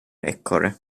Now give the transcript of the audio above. ekorre